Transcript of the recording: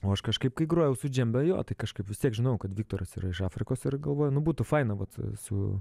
o aš kažkaip kai grojau su džembe jo tai kažkaip vis tiek žinojau kad viktoras yra iš afrikos ir galvoju nu būtų faina vat su